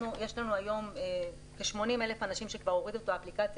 יש לנו היום כ-80,000 אנשים שכבר הורידו א האפליקציה